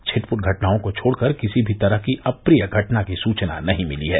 छिटपुट घटनाओं को छोड़कर किसी भी तरह की अप्रिय घटना की सूचना नही मिली है